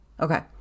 okay